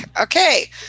Okay